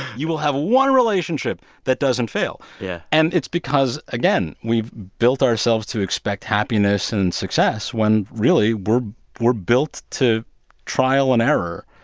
you will have one relationship that doesn't fail yeah and it's because, again, we've built ourselves to expect happiness and success when really we're we're built to trial and error,